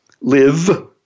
live